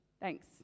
Thanks